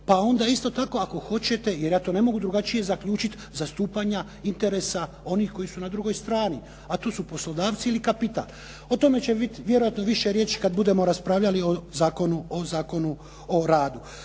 pa onda isto tako ako hoćete, jer ja to ne mogu drugačije zaključiti zastupanja interesa onih koji su na drugoj strani a to su poslodavci ili kapital. O tome će biti vjerojatno više riječi kada budemo raspravljali o Zakonu o radu.